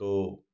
तो